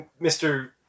Mr